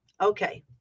Okay